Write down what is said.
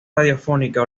radiofónica